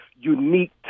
unique